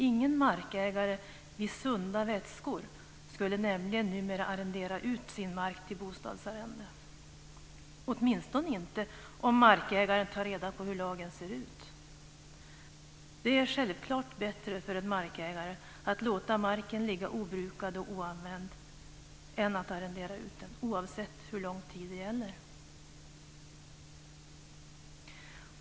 Ingen markägare vid sunda vätskor skulle nämligen numera arrendera ut sin mark till bostadsarrende, åtminstone inte om markägaren tar reda på hur lagen ser ut. Det är självklart bättre för en markägare att låta marken ligga obrukad och oanvänd än att arrendera ut den, oavsett hur lång tid det gäller.